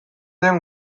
den